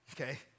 okay